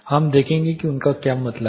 हम देखेंगे कि उनका क्या मतलब है